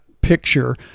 picture